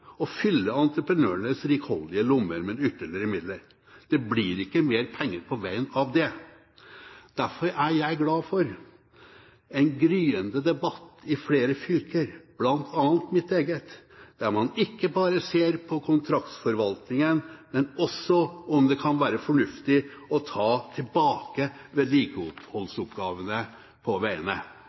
å fylle entreprenørenes rikholdige lommer med ytterligere midler. Det blir ikke mer penger på veien av det. Derfor er jeg glad for en gryende debatt i flere fylker, bl.a. i mitt eget, der man ikke bare ser på kontraktsforvaltningen, men også på om det kan være fornuftig å ta tilbake vedlikeholdsoppgavene på veiene.